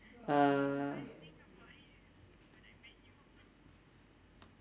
uh